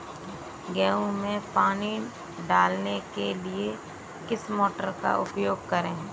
गेहूँ में पानी डालने के लिए किस मोटर का उपयोग करें?